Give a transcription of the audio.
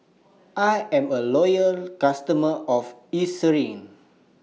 I'm A Loyal customer of Eucerin